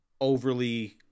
overly